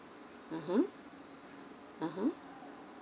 (uh huh) (uh huh)